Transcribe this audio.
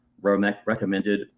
recommended